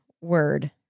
word